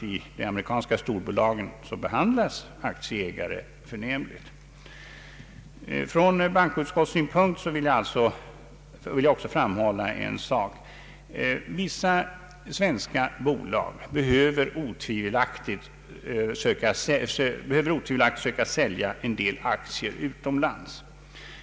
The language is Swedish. I de amerikanska storbolagen behandlas aktieägare förnämligt. Från bankoutskottssynpunkt vill jag framhålla ytterligare en sak. Vissa svenska bolag behöver otvivelaktigt söka sälja en del aktier utomlands.